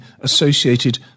associated